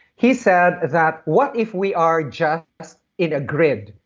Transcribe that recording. he said that, what if we are just in a grid,